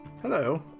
Hello